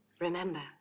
Remember